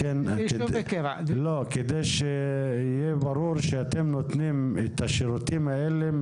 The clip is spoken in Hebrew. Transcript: אני אומר את זה כדי שיהיה ברור שאתם נותנים את השירותים האלה,